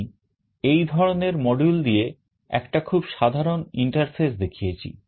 আমি এই ধরনের module দিয়ে একটা খুব সাধারণ interface দেখিয়েছি